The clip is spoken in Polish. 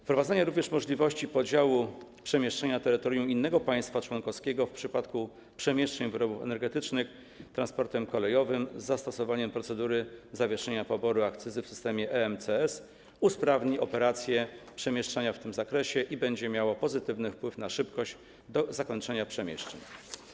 Wprowadzenie możliwości podziału przemieszczenia na terytorium innego państwa członkowskiego w przypadku przemieszczeń wyrobów energetycznych transportem kolejowym z zastosowaniem procedury zawieszenia poboru akcyzy w systemie EMCS usprawni operacje przemieszczania w tym zakresie i będzie miało pozytywny wpływ na szybkość zakończenia przemieszczeń.